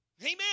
Amen